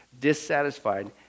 dissatisfied